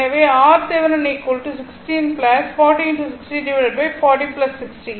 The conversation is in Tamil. எனவே RThevenin16 40 60